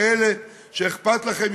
כְאלה שאכפת לכם,